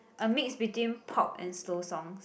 a mix between pop and slow songs